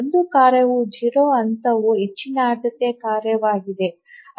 ಒಂದು ಕಾರ್ಯದ 0 ಹಂತವು ಹೆಚ್ಚಿನ ಆದ್ಯತೆಯ ಕಾರ್ಯವಾಗಿದೆ